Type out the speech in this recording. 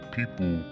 People